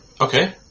Okay